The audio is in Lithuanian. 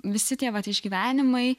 visi tie vat išgyvenimai